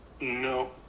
No